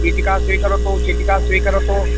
चीटिकां स्वीकरोतु चीटिकां स्वीकरोतु